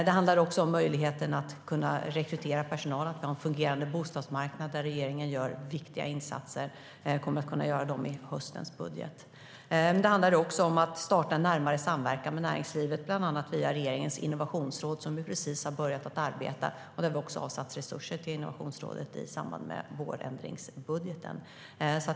Det handlar också om att kunna rekrytera personal. Det handlar om en fungerande bostadsmarknad där regeringen gör viktiga insatser. Det kommer att ske i höstens budget. Det handlar även om att starta en närmare samverkan med näringslivet, bland annat via regeringens innovationsråd som precis har börjat att arbeta. Vi har avsatt resurser till Innovationsrådet i vårändringsbudgeten.